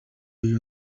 you